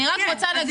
זה